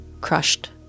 crushed